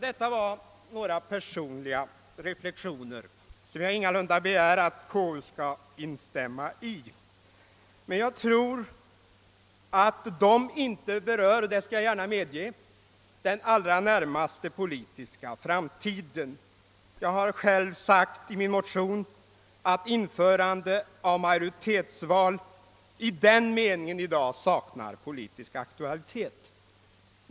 Detta var några personliga reflexioner som jag ingalunda begär att konstitutionsutskottet skall instämma i. Jag tror, det skall jag gärna medge, att de inte berör den allra närmaste politiska framtiden. Jag har själv sagt i min motion, att införande av majoritetsval i den meningen i dag saknar politisk aktualitet.